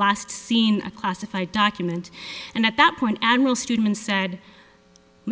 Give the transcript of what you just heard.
last seen a classified document and at that point and will students said